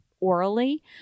Orally